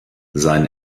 sein